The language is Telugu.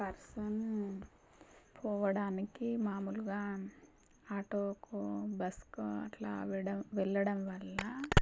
పర్సన్ పోవడానికి మాములుగా ఆటోకు బస్సుకు అట్లా వెడ వెళ్ళడం వల్ల